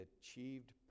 achieved